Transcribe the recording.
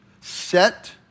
set